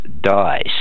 dies